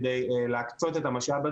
כדי להקצות את המשאב הזה,